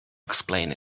explain